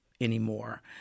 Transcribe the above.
anymore